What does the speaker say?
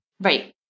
Right